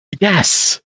Yes